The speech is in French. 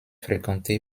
fréquenté